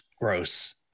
Gross